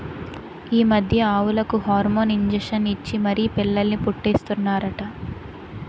ఈ మధ్య ఆవులకు హార్మోన్ ఇంజషన్ ఇచ్చి మరీ పిల్లల్ని పుట్టీస్తన్నారట